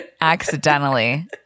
accidentally